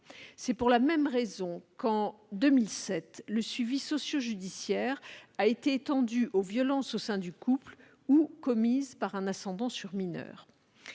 C'est pour la même raison que, en 2007, le suivi socio-judiciaire a été étendu aux violences au sein du couple ou commises par un ascendant sur mineur.